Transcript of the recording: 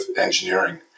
Engineering